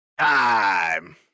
Time